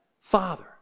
Father